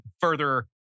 further